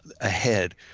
ahead